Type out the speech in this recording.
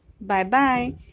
Bye-bye